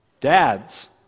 dads